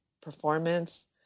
performance